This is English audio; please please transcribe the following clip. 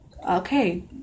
Okay